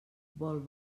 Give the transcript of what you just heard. vol